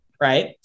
Right